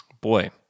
boy